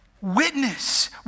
witness